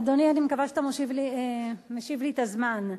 אדוני אני מקווה שאתה משיב לי את הזמן.